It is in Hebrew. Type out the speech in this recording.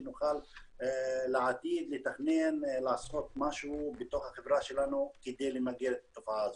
שנוכל לעתיד לתכנן לעשות משהו בתוך החברה שלנו כדי למגר את התופעה הזאת.